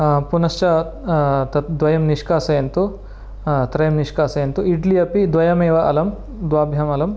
पुनश्च तद् द्वयं निष्कासयन्तु त्रयं निष्कासयन्तु इड्लि अपि द्वयमेव अलं द्वाभ्यामलं